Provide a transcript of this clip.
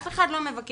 אף אחד לא מבקר,